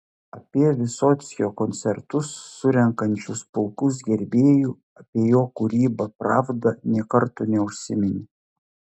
apie vysockio koncertus surenkančius pulkus gerbėjų apie jo kūrybą pravda nė karto neužsiminė